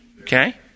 okay